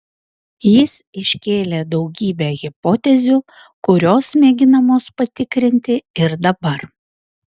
jis iškėlė daugybę hipotezių kurios mėginamos patikrinti ir dabar